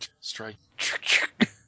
strike